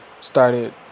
started